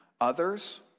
others